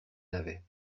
navet